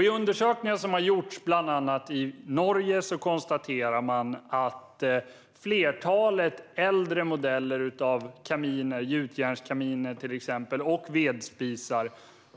I undersökningar som har gjorts i bland annat Norge konstateras att flertalet äldre modeller av till exempel gjutjärnskaminer och vedspisar